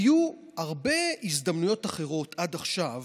היו הרבה הזדמנויות אחרות עד עכשיו